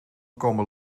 komen